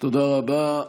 תודה רבה.